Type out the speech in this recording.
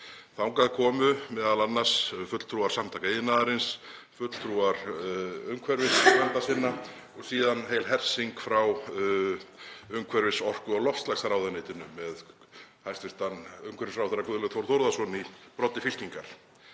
Þangað komu m.a. fulltrúar Samtaka iðnaðarins, fulltrúar umhverfisverndarsinna og síðan heil hersing frá umhverfis-, orku- og loftslagsráðuneytinu með hæstv. umhverfisráðherra, Guðlaug Þór Þórðarson, í broddi fylkingar.